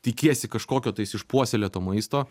tikiesi kažkokio tai išpuoselėto maisto